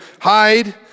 hide